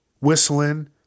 whistling